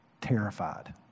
terrified